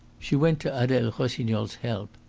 she went to adele rossignol's help,